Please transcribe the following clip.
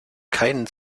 keinen